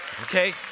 okay